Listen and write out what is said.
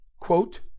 quote